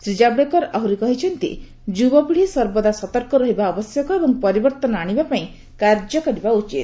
ଶ୍ରୀ ଜାବ୍ଡେକର ଆହୁରି କହିଛନ୍ତି ଯୁବପିଢ଼ି ସର୍ବଦା ସତର୍କ ରହିବା ଆବଶ୍ୟକ ଏବଂ ପରବର୍ତ୍ତନ ଆଣିବାପାଇଁ କାର୍ଯ୍ୟ କରିବା ଉଚିତ